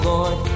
Lord